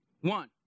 One